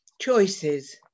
Choices